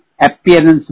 appearance